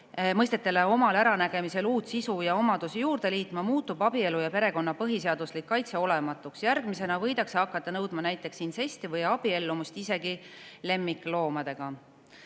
mõistetele omal äranägemisel uut sisu ja omadusi juurde liitma, muutub abielu ja perekonna põhiseaduslik kaitse olematuks? Järgmisena võidakse hakata nõudma näiteks in[t]sesti või abiellumist isegi lemmikloomadega?"